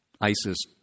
ISIS